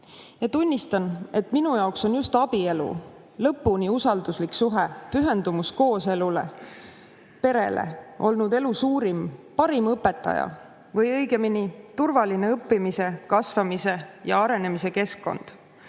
tunnistan, et minu jaoks on just abielu lõpuni usalduslik suhe. Pühendumus kooselule, perele on olnud elu suurim, parim õpetaja või õigemini turvaline õppimise, kasvamise ja arenemise keskkond.